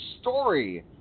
story